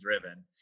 driven